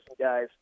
guys